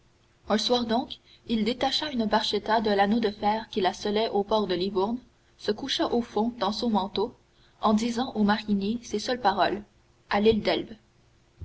un soir donc il détacha une barchetta de l'anneau de fer qui la scellait au port de livourne se coucha au fond dans son manteau en disant aux mariniers ces seules paroles à l'île d'elbe